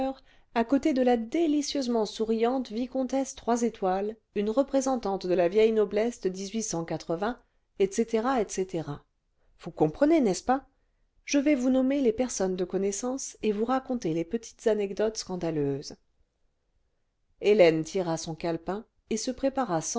à côté de la délicieusement souriante vicomtesse trois étoiles une représentante de la vieille noblesse de etc etc vous comprenez n'est-ce pas je vais vous nommer les personnes de connaissance et vous raconter les petites anecdotes scandaleuses hélène tira son calepin et se prépara